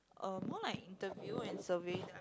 uh more like interview and survey that are